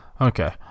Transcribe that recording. Okay